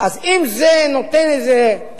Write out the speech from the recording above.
אז אם זה נותן תמהיל